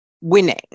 winning